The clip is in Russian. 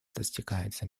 достигается